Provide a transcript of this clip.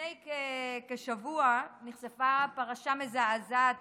לפני כשבוע נחשפה פרשה מזעזעת